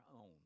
own